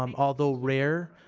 um although rare,